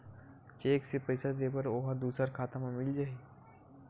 Cheque से पईसा दे बर ओहा दुसर खाता म मिल जाही?